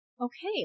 Okay